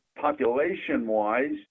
Population-wise